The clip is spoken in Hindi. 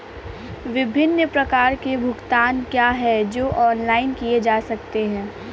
विभिन्न प्रकार के भुगतान क्या हैं जो ऑनलाइन किए जा सकते हैं?